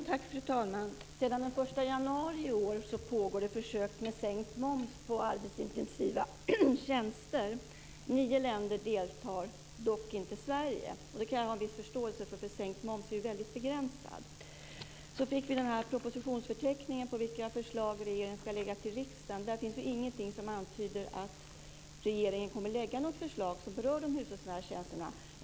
Fru talman! Sedan den 1 januari i år pågår det försök med sänkt moms på arbetsintensiva tjänster. Nio länder deltar, dock inte Sverige. Det kan jag ha förståelse för - sänkt moms är begränsad. Nu har det kommit en propositionsförteckning om vilka förslag som regeringen ska lägga fram för riksdagen. Där finns ingenting som antyder att regeringen kommer att lägga fram ett förslag som berör de hushållsnära tjänsterna.